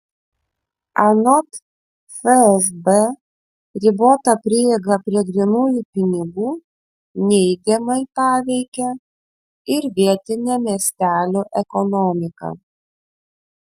anot fsb ribota prieiga prie grynųjų pinigų neigiamai paveikia ir vietinę miestelių ekonomiką